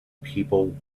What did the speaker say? people